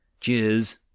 Cheers